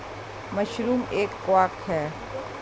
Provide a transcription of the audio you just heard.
mushroom एक कवक है